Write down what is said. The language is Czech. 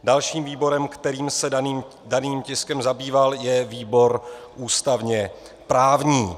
Dalším výborem, který se daným tiskem zabýval, je výbor ústavněprávní.